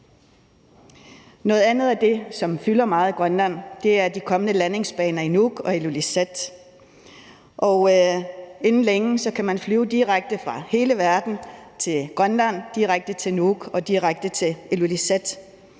Noget andet af det, som fylder meget i Grønland, er de kommende landingsbaner i Nuuk og Ilulissat. Inden længe kan man flyve direkte fra hele verden til Grønland, direkte til Nuuk